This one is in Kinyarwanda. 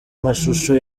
mashusho